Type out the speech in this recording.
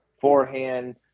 forehand